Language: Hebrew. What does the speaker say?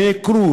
נעקרו,